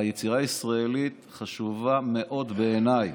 היצירה הישראלית חשובה מאוד בעיניי,